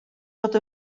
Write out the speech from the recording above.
fod